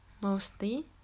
mostly